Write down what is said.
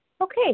okay